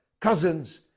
cousins